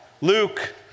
Luke